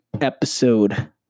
episode